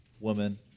woman